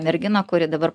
merginą kuri dabar